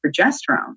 progesterone